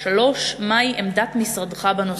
3. מה היא עמדת משרדך בנושא?